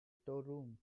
storeroom